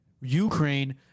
Ukraine